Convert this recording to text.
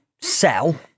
sell